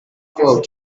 killed